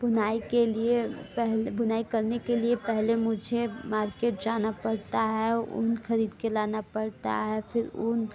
बुनाई के लिए पहले बुनाई करने के लिए पहले मुझे मार्केट जाना पड़ता है ऊन ख़रीद कर लाना पड़ता है फिर ऊन